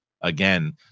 again